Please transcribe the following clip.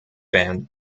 band